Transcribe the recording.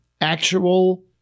actual